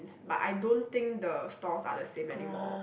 but I don't think the stores are the same anymore